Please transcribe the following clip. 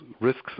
risks